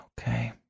Okay